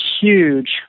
huge